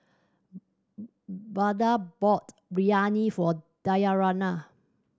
Vada bought Riryani for Dayanara